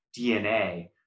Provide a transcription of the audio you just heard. DNA